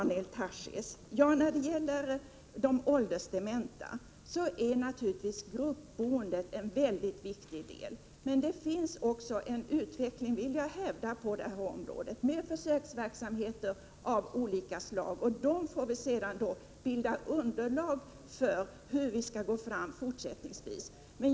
När det gäller de åldersdementa, Daniel Tarschys, är gruppboendet naturligtvis en mycket viktig del. Men det finns också en utveckling inom detta område med försöksverksamheter av olika slag, och dessa skall bilda underlag för beslut om hur vi fortsättningsvis skall gå fram.